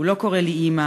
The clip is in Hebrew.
הוא לא קורא לי אימא,